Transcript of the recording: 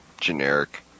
generic